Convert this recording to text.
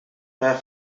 para